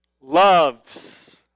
loves